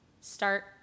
start